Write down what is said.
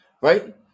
right